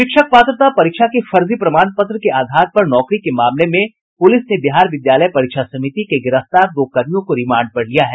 शिक्षक पात्रता परीक्षा के फर्जी प्रमाण पत्र के आधार पर नौकरी के मामले में पुलिस ने बिहार विद्यालय परीक्षा समिति के गिरफ्तार दो कर्मियों को रिमांड पर लिया है